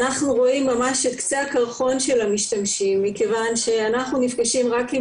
אנחנו רואים ממש את קצה הקרחון של המשתמשים מכיוון שאנחנו נפגשים רק עם